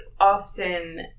often